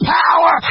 power